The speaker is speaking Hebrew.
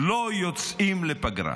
לא יוצאים לפגרה.